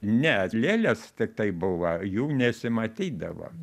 ne lėlės tiktai buvo jų nesimatydavo